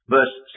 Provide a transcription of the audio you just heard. Verse